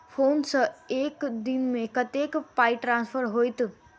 Phone सँ एक दिनमे कतेक पाई ट्रान्सफर होइत?